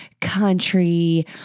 country